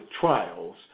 trials